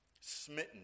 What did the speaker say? smitten